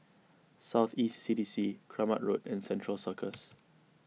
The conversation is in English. South East C D C Keramat Road and Central Circus